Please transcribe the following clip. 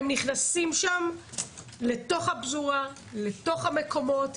הם נכנסים שם לתוך הפזורה, לתוך המקומות.